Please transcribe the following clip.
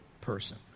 person